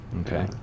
Okay